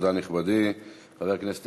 חצי